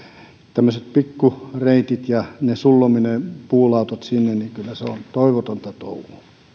tämmöiset pikkureitit ja puulauttojen sullominen sinne kyllä se on toivotonta touhua